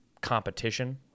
competition